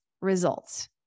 results